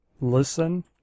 listen